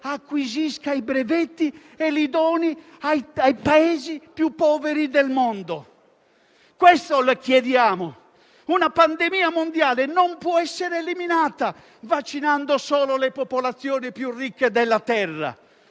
acquisisca i brevetti e li doni ai Paesi più poveri del mondo. Questo le chiediamo! Una pandemia mondiale non può essere eliminata vaccinando solo le popolazioni più ricche della terra.